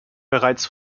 bereits